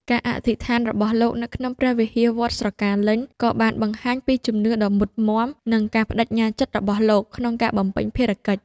ការអធិដ្ឋានរបស់លោកនៅក្នុងព្រះវិហារវត្តស្រកាលេញ ក៏បានបង្ហាញពីជំនឿដ៏មុតមាំនិងការប្តេជ្ញាចិត្តរបស់លោកក្នុងការបំពេញភារកិច្ច។